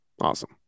Awesome